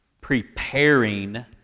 preparing